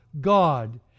God